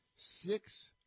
Six